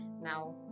now